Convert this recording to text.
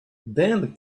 then